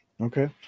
Okay